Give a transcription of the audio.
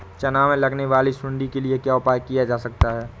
चना में लगने वाली सुंडी के लिए क्या उपाय किया जा सकता है?